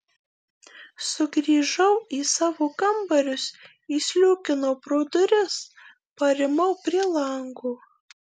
sugrįžau į savo kambarius įsliūkinau pro duris parimau prie lango